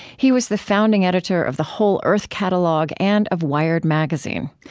he was the founding editor of the whole earth catalog and of wired magazine.